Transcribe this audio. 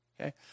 Okay